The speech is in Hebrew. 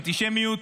אנטישמיות